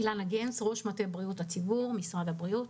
אני ראש מטה בריאות הציבור במשרד הבריאות.